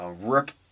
rook